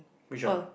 which one